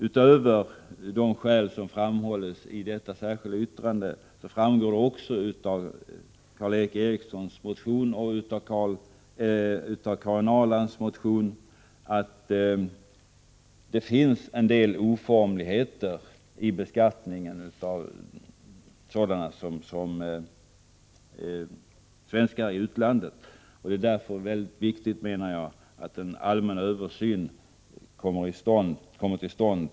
Utöver vad som framhålls i detta särskilda yttrande framgår av Karl Erik Erikssons och av Karin Ahrlands motioner att det finns en del oformligheter i beskattningen av svenskar i utlandet. Det är därför väldigt viktigt att en allmän översyn över deras situation kommer till stånd.